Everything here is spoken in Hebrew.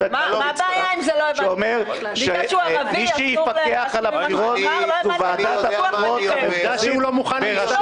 שאומר שמי שיפקח על הבחירות זו ועדת הבחירות המרכזית.